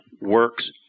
works